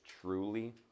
truly